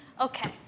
Okay